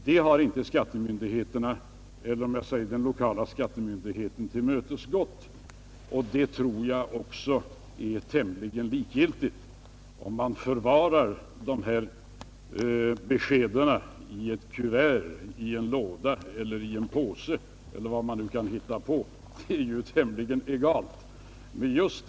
Detta har inte de lokala skattemyndigheterna tillmötesgått, och det tror jag också är tämligen likgiltigt. Om man förvarar dessa besked i ett kuvert, en låda eller en påse eller vad man kan hitta på är ju tämligen egalt.